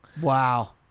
Wow